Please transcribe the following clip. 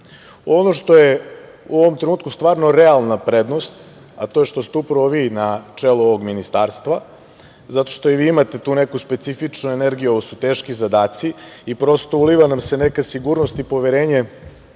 što je u ovom trenutku stvarno realna prednost, a to je što ste upravo vi na čelu ovog Ministarstva, zato što i vi imate tu neku specifičnu energiju, a ovo su teški zadaci i prosto uliva nam se neka sigurnost i poverenje